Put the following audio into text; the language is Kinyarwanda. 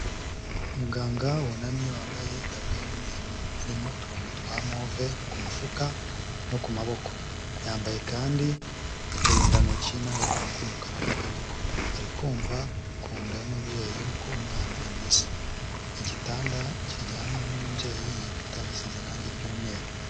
Umuganga wunamye wambaye itabura y'umweru irimo uturongo twa move ku mifuka no ku maboko, yambaye kandi uturindantoki n'agakomo k'umukara ku kaboko. Ari kumva ku nda y'umubyeyi uko umwana ameze. Igitanda kiryamyeho umubyeyi, igikuta gisize irangi ry'umweru.